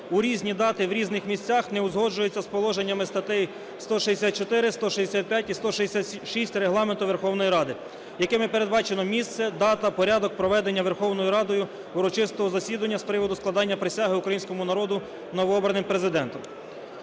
у різні дати в різних місцях не узгоджуються з положеннями статей 164, 165 і 166 Регламенту Верховної Ради, якими передбачено місце, дата, порядок проведення Верховною Радою урочистого засідання з приводу складення присяги Українському народові новообраним Президентом.